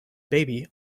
baby